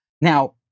Now